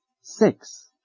Six